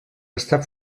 està